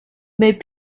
mais